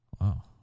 Wow